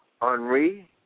Henri